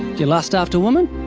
you lust after women?